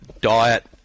diet